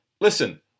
listen